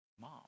mom